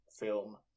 film